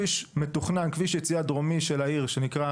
מתוכנן כביש יציאה דרומי של העיר שנקרא